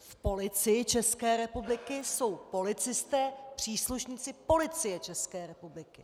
V Policii České republiky jsou policisté, příslušníci Policie České republiky.